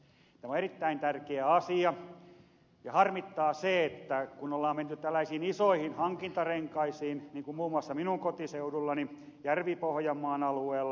tämä on erittäin tärkeä asia ja harmittaa se että on menty tällaisiin isoihin hankintarenkaisiin niin kuin muun muassa minun kotiseudullani järvi pohjanmaan alueella